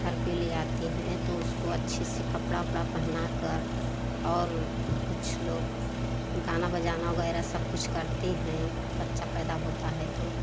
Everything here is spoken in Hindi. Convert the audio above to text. घर पे ले आती हैं तो उसको अच्छे से कपड़ा उपरा पहनाकर और कुछ लोग गाना बजाना वगैरह सब कुछ करते हैं बच्चा पैदा होता है तो